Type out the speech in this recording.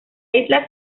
isla